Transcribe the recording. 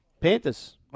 Panthers